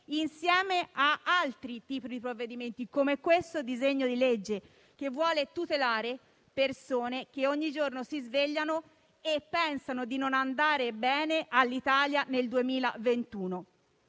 momento e altri tipi di provvedimenti, come il disegno di legge in esame, che vuole tutelare persone che ogni giorno si svegliano e pensano di non andare bene all'Italia nel 2021.